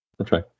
Okay